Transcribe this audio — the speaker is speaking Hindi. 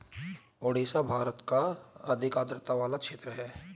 ओडिशा भारत का सबसे अधिक आद्रता वाला क्षेत्र है